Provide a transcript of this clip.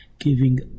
giving